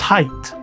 Tight